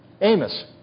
Amos